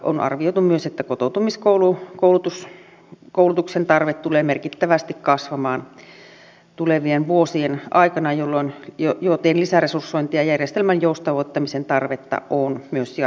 on arvioitu myös että kotoutumiskoulutuksen tarve tulee merkittävästi kasvamaan tulevien vuosien aikana joten lisäresursointi ja järjestelmän joustavoittamisen tarvetta on myös jatkossa